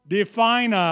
define